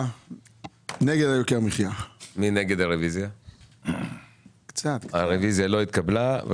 הצבעה הרוויזיה לא התקבלה הרוויזיה לא התקבלה.